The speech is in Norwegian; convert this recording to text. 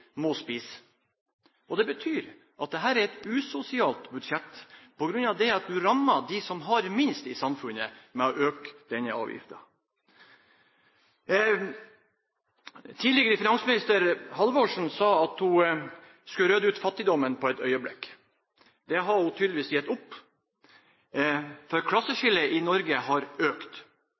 et usosialt budsjett, da man ved å øke denne avgiften rammer de som har minst i samfunnet. Tidligere finansminister Halvorsen sa hun skulle rydde ut fattigdommen på et øyeblikk. Det har hun tydeligvis gitt opp, for klasseskillet i Norge har økt.